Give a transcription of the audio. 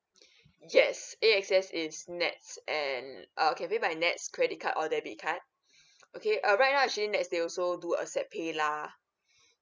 yes A S X is nets and uh okay pay by nets credit card or debit card okay uh right now actually nets they also do accept pay lah